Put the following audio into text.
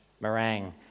Meringue